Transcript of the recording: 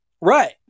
right